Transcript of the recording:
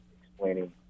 explaining